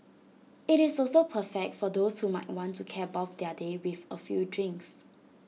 IT is also perfect for those who might want to cap off their day with A few drinks